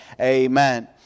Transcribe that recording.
amen